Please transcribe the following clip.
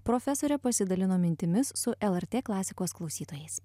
profesorė pasidalino mintimis su lrt klasikos klausytojais